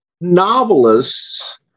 novelists